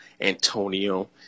Antonio